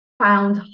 Found